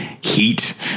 heat